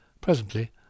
Presently